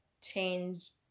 change